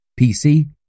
PC